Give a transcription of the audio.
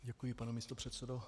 Děkuji, pane místopředsedo.